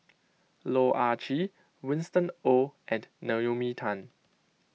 Loh Ah Chee Winston Oh and Naomi Tan